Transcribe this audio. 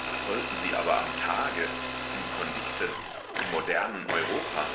was sollten sie aber am tage im konvikte im modernen europa